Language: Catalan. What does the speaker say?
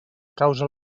causa